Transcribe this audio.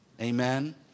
Amen